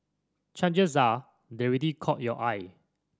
are they already caught your eye